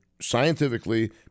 scientifically